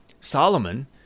Solomon